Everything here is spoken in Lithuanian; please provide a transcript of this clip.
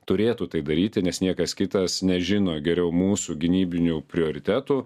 turėtų tai daryti nes niekas kitas nežino geriau mūsų gynybinių prioritetų